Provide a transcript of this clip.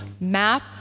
map